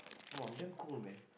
!wah! I'm damn cold man